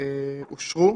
אושרו,